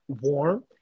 warm